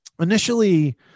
initially